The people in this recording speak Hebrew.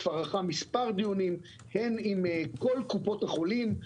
כבר ערכה מספר דיונים עם כל קופות החולים,